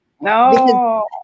No